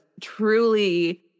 truly